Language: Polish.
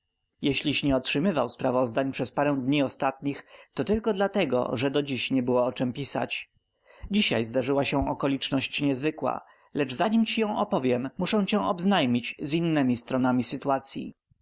jeżeliś nie otrzymywał sprawozdań przez parę dni ostatnich to tylko dlatego że do dziś nie było o czem pisać dzisiaj zdarzyła się okoliczność niezwykła lecz zanim ci ją opowiem muszę cię obznajmi z innemi stronami sytuacyi